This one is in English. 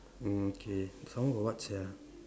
mm okay some more got what sia